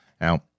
Now